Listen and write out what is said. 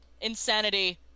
insanity